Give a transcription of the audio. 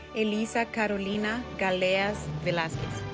elisa carolina galeas velasquez